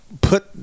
put